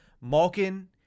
Malkin